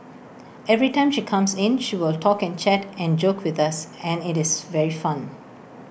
every time she comes in she will talk and chat and joke with us and IT is very fun